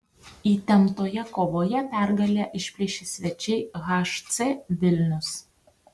įtemptoje kovoje pergalę išplėšė svečiai hc vilnius